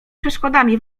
przeszkodami